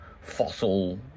fossil